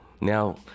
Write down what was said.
Now